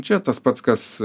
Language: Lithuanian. čia tas pats kas